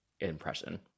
impression